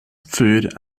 food